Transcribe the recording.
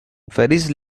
ferries